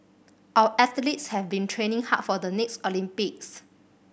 our athletes have been training hard for the next Olympics